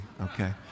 Okay